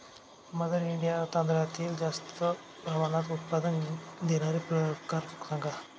mother India तांदळातील जास्त प्रमाणात उत्पादन देणारे प्रकार सांगा